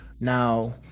now